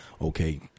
Okay